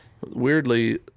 weirdly